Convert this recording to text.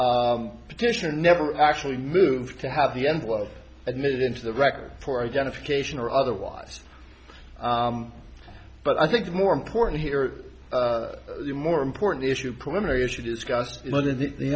petition never actually moved to have the envelope admitted into the record for identification or otherwise but i think the more important here the more important issue preliminary issue discussed